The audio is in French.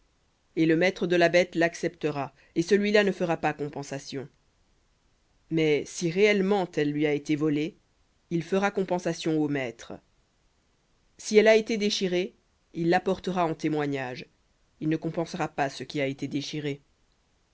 et le maître de la l'acceptera et celui-là ne fera pas compensation mais si réellement elle lui a été volée il fera compensation au maître si elle a été déchirée il l'apportera en témoignage il ne compensera pas ce qui a été déchiré